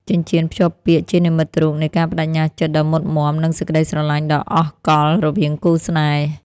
ចិញ្ចៀនភ្ជាប់ពាក្យជានិមិត្តរូបនៃការប្ដេជ្ញាចិត្តដ៏មុតមាំ និងសេចក្ដីស្រឡាញ់ដ៏អស់កល្បរវាងគូស្នេហ៍។